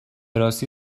راستی